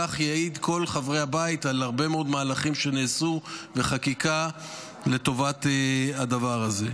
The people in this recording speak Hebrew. כך יעידו כל חברי הבית על הרבה מאוד מהלכים שנעשו וחקיקה לטובת הדבר זה,